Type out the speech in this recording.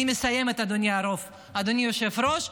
אני מסיימת, אדוני היושב-ראש.